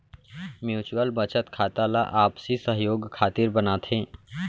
mutual बचत खाता ला आपसी सहयोग खातिर बनाथे